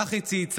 כך היא צייצה: